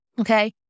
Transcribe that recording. Okay